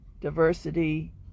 Diversity